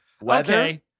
Weather